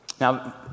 Now